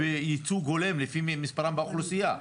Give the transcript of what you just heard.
ייצוג הולם לפי מספרם באוכלוסייה.